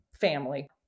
family